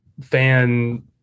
fan